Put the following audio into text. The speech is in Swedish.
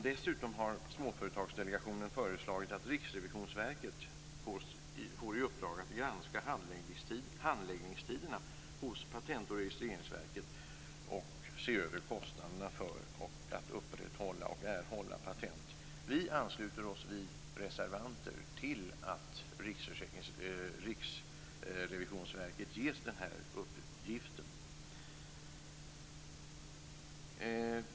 Dessutom har Småföretagsdelegationen föreslagit att Riksrevisionsverket skall få i uppdrag att granska handläggningstiderna hos Patent och registreringsverket och se över kostnaderna för att upprätthålla och erhålla patent. Vi reservanter ansluter oss till att Riksrevisionsverket ges denna uppgift.